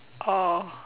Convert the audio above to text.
oh